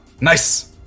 Nice